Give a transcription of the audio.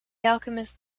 alchemist